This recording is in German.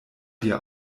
dir